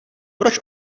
proč